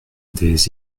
des